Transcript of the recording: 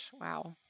wow